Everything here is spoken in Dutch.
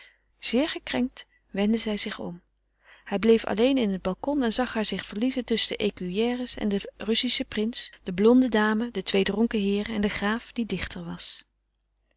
zeer gekrenkt wendde zij zich om hij bleef alleen in het balcon en zag haar zich verliezen tusschen de écuyères en den russischen prins de blonde dame de twee dronken heeren en den graaf die dichter was